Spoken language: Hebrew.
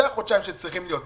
זה החודשיים שצריכים להיות.